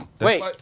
wait